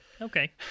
Okay